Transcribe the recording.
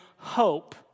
hope